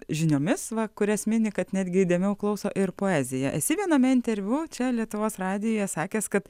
žiniomis va kurias mini kad netgi įdėmiau klauso ir poezija esi viename interviu čia lietuvos radijuje sakęs kad